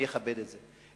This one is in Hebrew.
אני אכבד את זה,